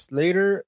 later